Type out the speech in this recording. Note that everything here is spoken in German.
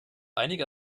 einige